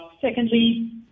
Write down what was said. Secondly